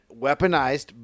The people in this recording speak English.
weaponized